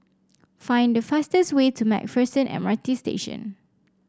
find the fastest way to MacPherson M R T Station